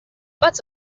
pats